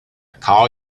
call